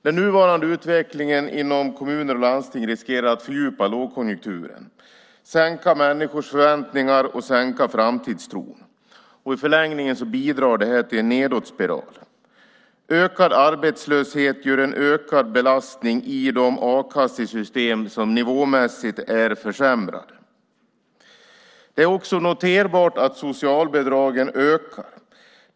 Den nuvarande utvecklingen inom kommuner och landsting riskerar att fördjupa lågkonjunkturen och sänka människors förväntningar och framtidstro. I förlängningen bidrar det till en nedåtspiral. Ökad arbetslöshet innebär en ökad belastning i de a-kassesystem som nivåmässigt är försämrade. Det är också noterbart att socialbidragen ökar.